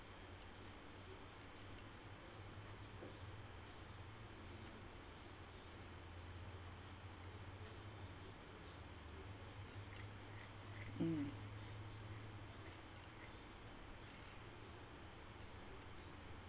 mm